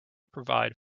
provide